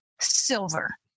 silver